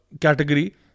category